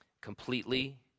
Completely